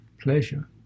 Pleasure